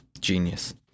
Genius